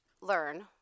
learn